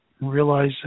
realize